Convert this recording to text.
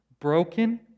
broken